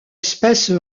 espèce